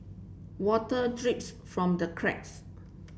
water drips from the cracks